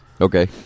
Okay